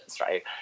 right